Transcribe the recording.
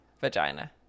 vagina